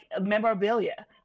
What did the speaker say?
memorabilia